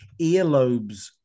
Earlobes